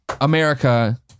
America